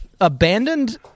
abandoned